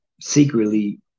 Secretly